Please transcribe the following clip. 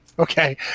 Okay